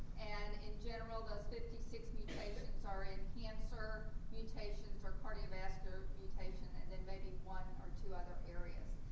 and, in general, those fifty six mutations are in cancer mutations or cardiovascular mutations, and then maybe one or two other areas.